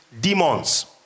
demons